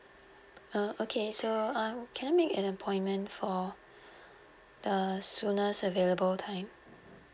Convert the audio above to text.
oh okay so um can make an appointment for the soonest available time